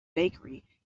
bakery